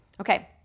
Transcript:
Okay